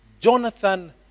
Jonathan